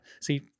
see